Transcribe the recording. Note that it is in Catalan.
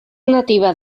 nativa